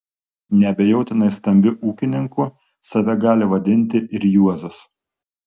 neabejotinai stambiu ūkininku save gali vadinti ir juozas